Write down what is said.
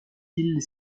îles